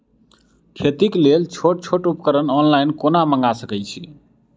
खेतीक लेल छोट छोट उपकरण ऑनलाइन कोना मंगा सकैत छी?